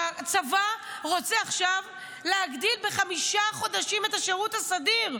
הצבא רוצה עכשיו להגדיל בחמישה חודשים את השירות הסדיר,